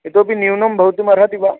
इतोऽपि न्यूनं भवितुमर्हति वा